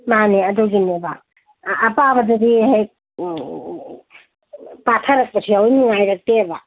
ꯃꯥꯅꯦ ꯑꯗꯨꯒꯤꯅꯦꯕ ꯑꯄꯥꯕꯗꯨꯗꯤ ꯍꯦꯛ ꯄꯥꯊꯔꯛꯄꯁꯨ ꯌꯥꯎꯏ ꯅꯨꯡꯉꯥꯏꯔꯛꯇꯦꯕ